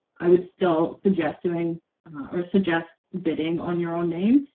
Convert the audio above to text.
i would still suggest doing or suggest bidding on your own name.